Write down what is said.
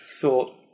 thought